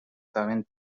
saben